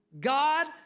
God